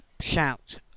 shout